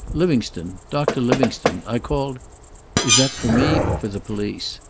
livingstone. doctor livingstone. i called is that for me, or for the police?